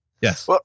Yes